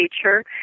teacher